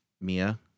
Mia